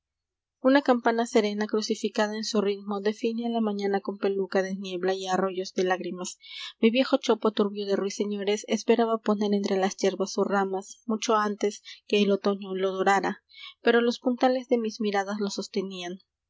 iq campana serena u crucificada en su ritmo define a la mañana con peluca de niebla y arroyos de lágrimas mi viejo chopo turbio de ruiseñores esperaba poner entre las hierbas sus ramas mucho antes que el otoño lo dorara pero los puntales de mis miradas lo sostenían